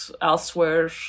elsewhere